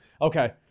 Okay